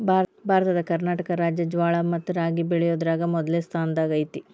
ಭಾರತದ ಕರ್ನಾಟಕ ರಾಜ್ಯ ಜ್ವಾಳ ಮತ್ತ ರಾಗಿ ಬೆಳಿಯೋದ್ರಾಗ ಮೊದ್ಲನೇ ಸ್ಥಾನದಾಗ ಐತಿ